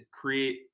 create